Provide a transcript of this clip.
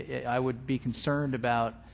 i would be concerned about